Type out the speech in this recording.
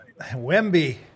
Wemby